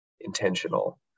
intentional